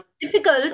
difficult